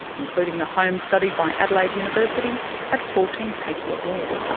including the home studied by adelaide university at fourteen hakea walk.